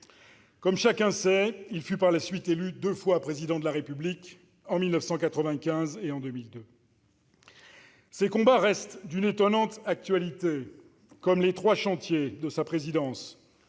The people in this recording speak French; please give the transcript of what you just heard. Comme chacun sait, il fut par la suite élu deux fois président de la République, en 1995 et en 2002. Ses combats restent d'une étonnante actualité, comme les trois grands « chantiers » de sa présidence